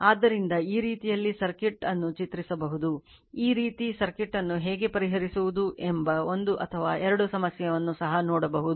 ಆದ್ದರಿಂದ ಈ ರೀತಿಯಲ್ಲಿ ಸರ್ಕ್ಯೂಟ್ ಅನ್ನುಚಿತ್ರಸಬಹುದು ಈ ರೀತಿಯ ಸರ್ಕ್ಯೂಟ್ ಅನ್ನು ಹೇಗೆ ಪರಿಹರಿಸುವುದು ಎಂಬ ಒಂದು ಅಥವಾ ಎರಡು ಸಮಸ್ಯೆಯನ್ನು ಸಹ ನೋಡಬಹುದು